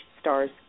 stars